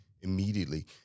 immediately